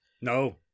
No